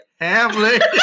Hamlet